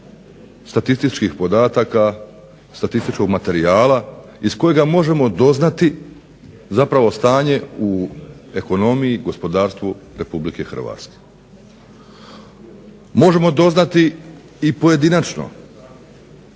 statističkih podataka statističkog materijala iz kojeg možemo doznati, zapravo stanje u ekonomiji, gospodarstvu Republike Hrvatske. Možemo doznati i pojedinačno